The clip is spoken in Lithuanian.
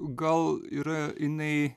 gal yra jinai